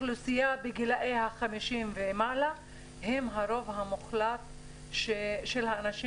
אוכלוסייה בגילאי ה-50 ומעלה הם הרוב המוחלט של האנשים